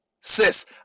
sis